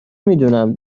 میدونم